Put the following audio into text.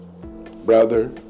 brother